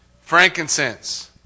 Frankincense